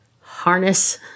harness